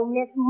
Miss